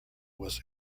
was